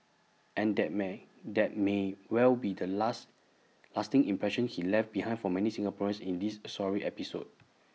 and that may that may well be the last lasting impression he left behind for many Singaporeans in this sorry episode